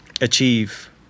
achieve